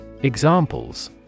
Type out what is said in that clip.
Examples